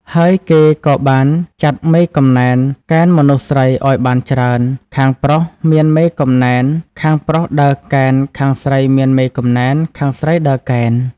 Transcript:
ហើយគេក៏បានចាត់មេកំណែន កេណ្ឌមនុស្សស្រីឲ្យបានច្រើន ខាងប្រុសមានមេកំណែន ខាងប្រុសដើរកេណ្ឌ ខាងស្រីមានមេកំណែន ខាងស្រីដើរកេណ្ឌ។